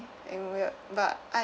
and weird but I